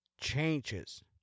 Changes